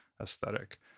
aesthetic